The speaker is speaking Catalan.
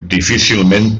difícilment